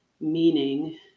meaning